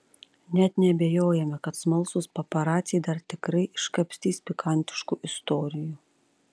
net neabejojame kad smalsūs paparaciai dar tikrai iškapstys pikantiškų istorijų